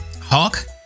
hawk